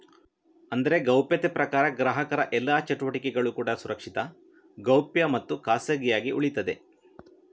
ಅಂದ್ರೆ ಗೌಪ್ಯತೆ ಪ್ರಕಾರ ಗ್ರಾಹಕರ ಎಲ್ಲಾ ಚಟುವಟಿಕೆಗಳು ಕೂಡಾ ಸುರಕ್ಷಿತ, ಗೌಪ್ಯ ಮತ್ತು ಖಾಸಗಿಯಾಗಿ ಉಳೀತದೆ